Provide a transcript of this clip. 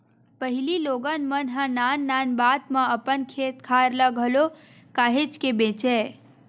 पहिली लोगन मन ह नान नान बात म अपन खेत खार ल घलो काहेच के बेंचय